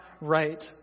right